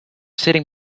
sitting